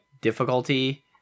difficulty